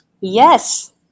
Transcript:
Yes